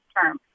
term